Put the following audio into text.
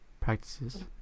practices